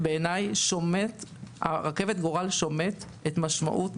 בעיניי רכבת גורל ממש שומטת את המשמעות.